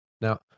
Now